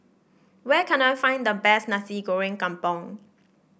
where can I find the best Nasi Goreng Kampung